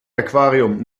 aquarium